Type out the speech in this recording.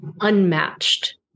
unmatched